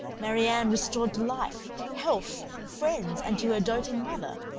marianne restored to life, health, friends, and to her doting mother,